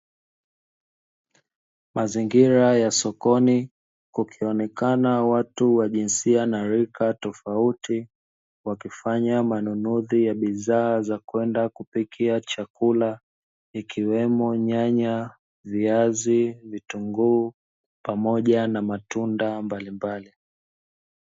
Mazingira ya sokoni kukionekana watu wa jinsia na rika tofauti wakifanya manunuzi ya bidhaa za kwenda kupikia chakula ikiwemo: nyanya, viazi, vitunguu, pamoja na matunda mbalimbali.